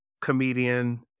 comedian